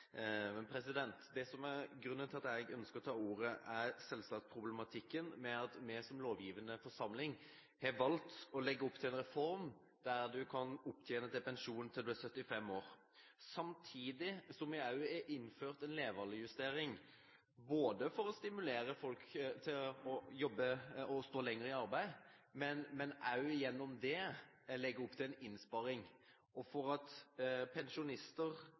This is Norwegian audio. det som er grunnen til at jeg ønsker å ta ordet, er problematikken med at vi som lovgivende forsamling har valgt å legge opp til en reform der en kan opptjene pensjon til en er 75 år, samtidig som vi også har innført en levealdersjustering, både for stimulere folk til å jobbe og stå lenger i arbeid, og også gjennom det legge opp til en innsparing. For at pensjonister